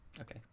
Okay